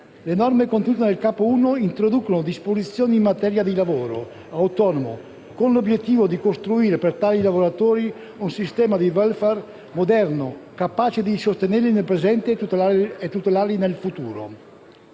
Le norme contenute nel capo I introducono disposizioni in materia di lavoro autonomo, con l'obiettivo di costruire per tali lavoratori un sistema di *welfare* moderno capace di sostenerli nel presente e tutelarli nel futuro.